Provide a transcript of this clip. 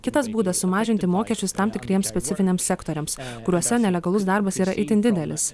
kitas būdas sumažinti mokesčius tam tikriems specifiniams sektoriams kuriuose nelegalus darbas yra itin didelis